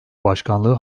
başkanlığı